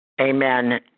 Amen